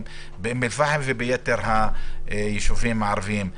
באום אל פאחם וביתר הישובים הערביים.